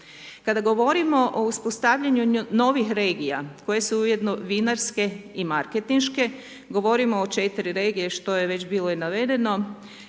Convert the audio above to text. Kada govorimo o uspostavljanju novih regija koje su ujedno vinarske i marketinške govorimo o 4 regije što je već bilo i navedeno,